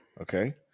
Okay